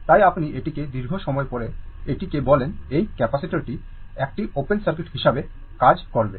তাই আপনি এটিকে দীর্ঘ সময় পরে এটিকে বলেন এই ক্যাপাসিটার টি একটি ওপেন সার্কিট হিসাবে কাজ করবে